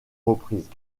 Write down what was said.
reprises